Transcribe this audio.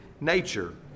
nature